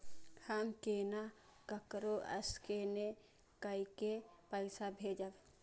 हम केना ककरो स्केने कैके पैसा भेजब?